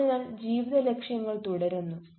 അതിനാൽ ജീവിത ലക്ഷ്യങ്ങൾ തുടരുന്നു